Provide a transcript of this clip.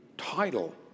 title